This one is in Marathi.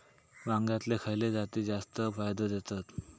वांग्यातले खयले जाती जास्त फायदो देतत?